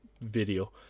video